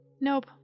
Nope